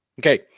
okay